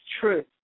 true